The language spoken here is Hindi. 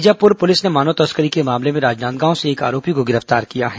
बीजापुर पुलिस ने मानव तस्करी के मामले में राजनांदगांव से एक आरोपी को गिरफ्तार किया है